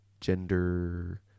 gender